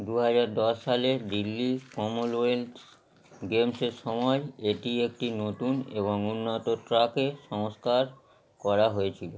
দু হাজার দশ সালে দিল্লি কমনওয়েলথ গেমসের সময় এটি একটি নতুন এবং উন্নত ট্র্যাকে সংস্কার করা হয়েছিলো